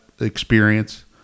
experience